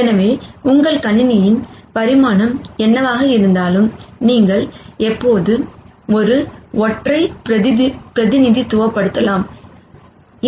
எனவே உங்கள் கணினியின் பரிமாணம் என்னவாக இருந்தாலும் நீங்கள் எப்போதும் ஒரு ஒற்றை பிரதிநிதித்துவப்படுத்தலாம்